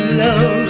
love